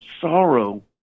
sorrow